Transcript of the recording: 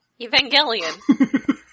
Evangelion